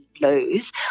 lose